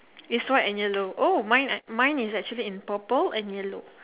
is white and yellow oh mine an mine is actually in purple and yellow